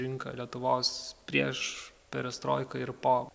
rinką lietuvos prieš perestroiką ir po